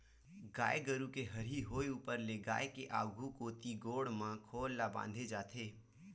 गाय गरु के हरही होय ऊपर ले गाय के आघु कोती गोड़ म खोल ल बांधे जाथे